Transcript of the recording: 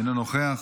אינו נוכח,